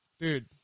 dude